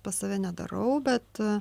pas save nedarau bet